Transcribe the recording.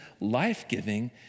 life-giving